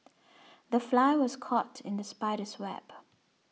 the fly was caught in the spider's web